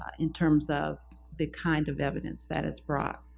ah in terms of the kind of evidence that is brought.